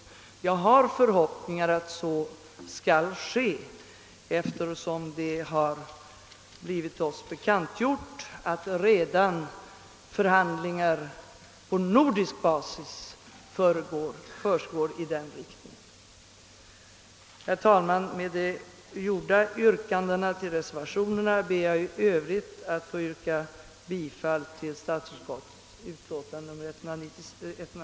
Jag har förhoppningar om att så skall bli fallet, eftersom det har blivit oss bekant att förhandlingar i den riktningen på nordisk basis redan försiggår. Herr talman! Efter att ha yrkat bifall till reservationerna ber jag att i övrigt få yrka bifall till vad statsutskottet hemställt i sitt utlåtande nr 196.